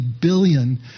billion